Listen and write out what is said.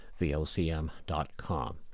vocm.com